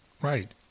Right